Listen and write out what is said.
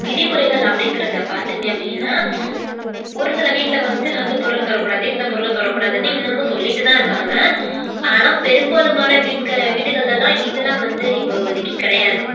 விதிமுறைகள் அப்படிங்குறத பார்த்தீங்க அப்படினா ஒரு சில வீட்டில் வந்து அந்த பொருளை தொடக்கூடாது இந்த பொருளை தொடக்கூடாதுன்னு இன்னமும் சொல்லிட்டு தான் இருக்காங்க ஆனால் பெரும்பாலுமான வீட்டுக்கள்லலான் இதுலாம் வந்து இப்போதிக்கு கிடையாது